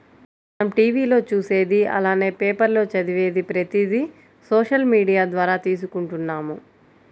మనం టీవీ లో చూసేది అలానే పేపర్ లో చదివేది ప్రతిది సోషల్ మీడియా ద్వారా తీసుకుంటున్నాము